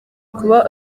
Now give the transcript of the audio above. kuba